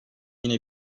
yine